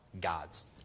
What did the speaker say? gods